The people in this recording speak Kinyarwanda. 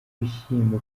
ibishyimbo